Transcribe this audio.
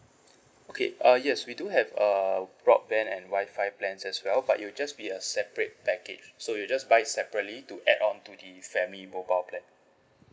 okay uh yes we do have err broadband and wifi plans as well but it'll just be a separate package so you just buy separately to add on to the family mobile plan